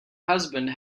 husband